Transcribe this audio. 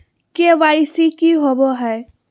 KYC की होबो है?